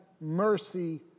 mercy